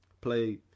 Play